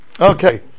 Okay